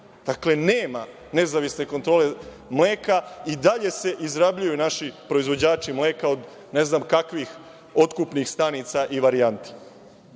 Dakle, nema nezavisne kontrole mleka. I dalje se izrabljuju naši proizvođači mleka od, ne znam kakvih otkupnih stanica i varijanti. Ono